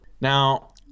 Now